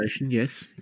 yes